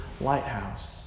lighthouse